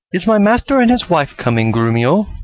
is my master and his wife coming, grumio?